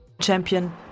Champion